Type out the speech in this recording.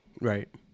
Right